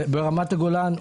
ברמת הגולן.